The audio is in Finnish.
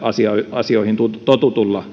asioissa totuttuun